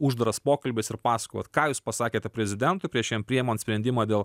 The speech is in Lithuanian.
uždaras pokalbis ir pasakot va ką jūs pasakėte prezidentui prieš jam priimant sprendimą dėl